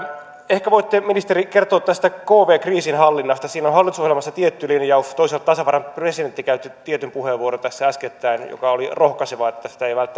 ehkä voitte ministeri kertoa tästä kv kriisinhallinnasta siitä on hallitusohjelmassa tietty linjaus toisaalta tasavallan presidentti käytti tietyn puheenvuoron tässä äskettäin joka oli rohkaiseva että sitä ei välttämättä ihan niin